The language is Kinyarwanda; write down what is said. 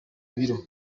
biro